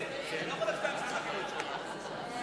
אתה לא יכול להצביע, הוא צודק.